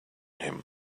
him